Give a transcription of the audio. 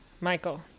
michael